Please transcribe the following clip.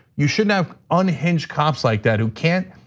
you shouldn't have unhinged cops like that who can't,